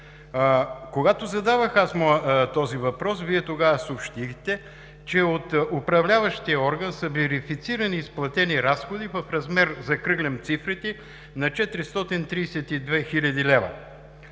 Когато задавах този въпрос, Вие тогава съобщихте, че от управляващия орган са верифицирани изплатени разходи в размер –закръглям цифрите, на 432 хил. лв.